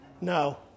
No